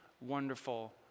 wonderful